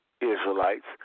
Israelites